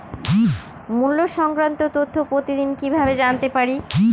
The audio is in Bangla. মুল্য সংক্রান্ত তথ্য প্রতিদিন কিভাবে জানতে পারি?